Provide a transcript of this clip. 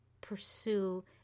pursue